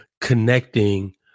connecting